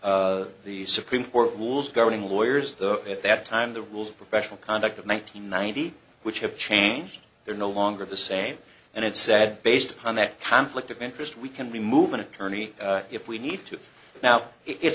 the supreme court rules governing lawyers though at that time the rules of professional conduct of nine hundred ninety which have changed they're no longer the same and it said based upon that hamp look of interest we can remove an attorney if we need to now it's